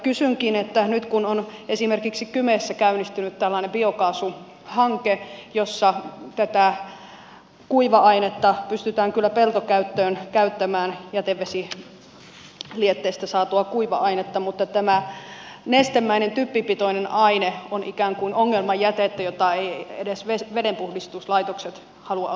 kysynkin että nyt kun on esimerkiksi kymessä käynnistynyt tällainen biokaasuhanke jossa tätä jätevesilietteestä saatua kuiva ainetta pystytään kyllä peltokäyttöön käyttämään mutta tämä nestemäinen typpipitoinen aine on ikään kuin ongelmajätettä jota eivät edes vedenpuhdistuslaitokset halua ottaa vastaan